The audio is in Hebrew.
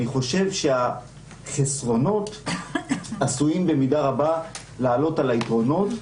אני חושב שהחסרונות עשויים במידה רבה לעלות על היתרונות.